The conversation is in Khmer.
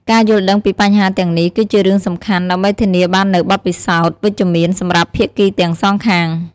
ការយល់ដឹងពីបញ្ហាទាំងនេះ គឺជារឿងសំខាន់ដើម្បីធានាបាននូវបទពិសោធន៍វិជ្ជមានសម្រាប់ភាគីទាំងសងខាង។